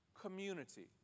community